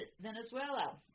Venezuela